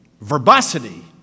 verbosity